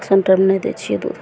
centre नहि दै छियै दूध